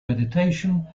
meditation